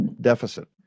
deficit